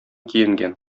киенгән